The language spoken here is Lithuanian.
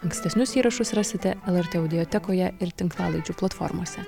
ankstesnius įrašus rasite lrt audiotekoje ir tinklalaidžių platformose